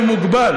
הוא מוגבל,